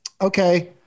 Okay